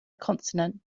consonant